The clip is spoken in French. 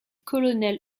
colonel